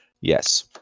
Yes